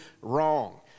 wrong